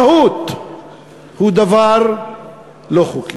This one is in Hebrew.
במהות, הוא דבר לא חוקי.